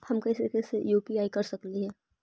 हम कैसे कैसे यु.पी.आई कर सकली हे?